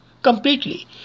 completely